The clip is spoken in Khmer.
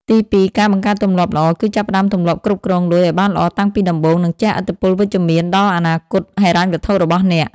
ទីពីរ ការបង្កើតទម្លាប់ល្អ គឺចាប់ផ្តើមទម្លាប់គ្រប់គ្រងលុយឱ្យបានល្អតាំងពីដំបូង នឹងជះឥទ្ធិពលវិជ្ជមានដល់អនាគតហិរញ្ញវត្ថុរបស់អ្នក។